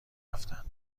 رفتن